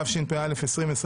התשפ"א 2021